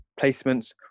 placements